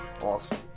Awesome